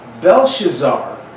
Belshazzar